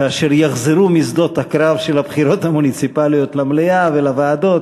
כאשר יחזרו משדות הקרב של הבחירות המוניציפליות למליאה ולוועדות,